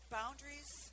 boundaries